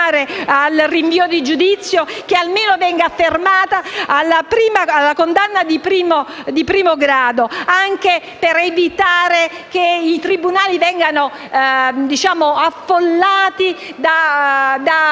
al rinvio a giudizio, che almeno venga fermata alla condanna di primo grado, anche per evitare che i tribunali vengano affollati da ricorsi